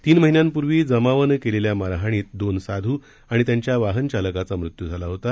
तीन महिन्यांपूर्वी जमावानं केलेल्या मारहाणीत दोन साध् आणि त्यांच्या वाहन चालकाचा मृत्यू झाला होता